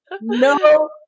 No